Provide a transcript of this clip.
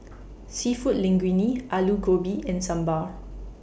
Seafood Linguine Alu Gobi and Sambar